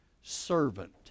servant